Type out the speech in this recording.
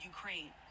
Ukraine